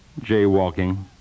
Jaywalking